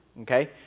okay